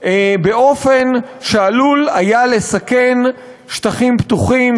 באופן שעלול היה לסכן שטחים פתוחים,